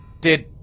Did-